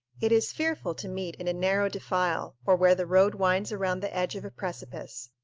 it is fearful to meet in a narrow defile, or where the road winds around the edge of a precipice,